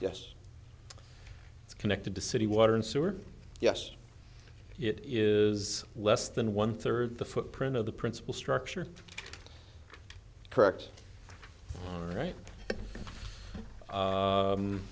yes it's connected to city water and sewer yes it is less than one third the footprint of the principal structure correct right